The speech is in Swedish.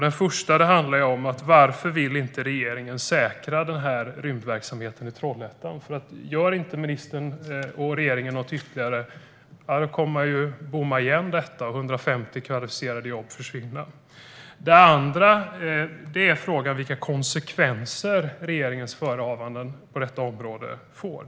Den första frågan är varför regeringen inte vill säkra rymdverksamheten i Trollhättan. Gör ministern och regeringen inget ytterligare kommer man nämligen att bomma igen detta, och 150 kvalificerade jobb försvinner. Den andra frågan är vilka konsekvenser regeringens förehavanden på detta område får.